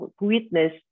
witness